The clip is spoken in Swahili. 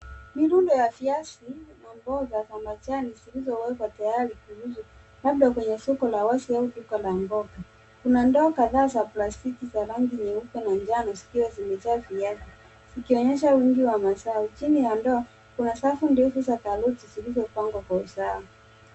Mirundo ya viazi na mboga za majani zilizowekwa tayari kuuzwa, labda kwenye soko la wazi au duka la mboga. Kuna ndoo kadhaa za plastiki za rangi nyeupe na jano zikiwa zimejaa viazi. Zikionyesha wingi wa mazao. Chini ya ndoo, kuna safu ndefu za karoti zilizopangwa kwa usawa.